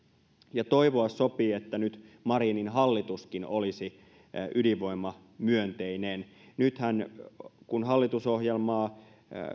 ja toivoa sopii että nyt marinin hallituskin olisi ydinvoimamyönteinen nythän kun hallitusohjelmaa